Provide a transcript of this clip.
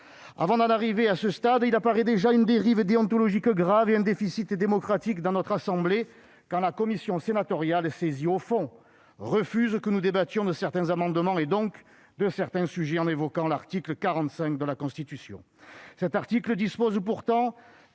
Avant d'en arriver à ce stade, il apparaît déjà une dérive déontologique grave et un déficit démocratique dans notre assemblée quand la commission sénatoriale saisie au fond refuse que nous débattions de certains amendements et, donc, de certains sujets en invoquant l'article 45 de la Constitution.